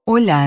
Olhar